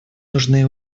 нужны